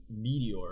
meteor